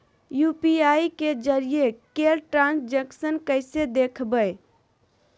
UPI के जरिए कैल ट्रांजेक्शन कैसे देखबै?